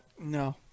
No